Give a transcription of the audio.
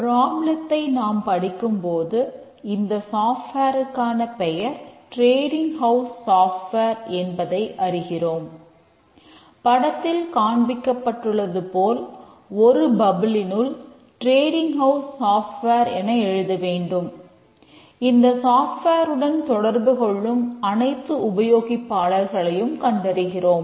ப்ராப்ளத்தை தொடர்புகொள்ளும் அனைத்து உபயோகிப்பாளர்களையும் கண்டறிகிறோம்